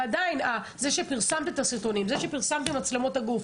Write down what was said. עדיין זה שפרסמתם את הסרטונים ואת מצלמות הגוף,